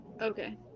Okay